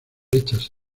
hechas